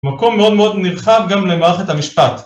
מקום מאוד מאוד נרחב גם למערכת המשפט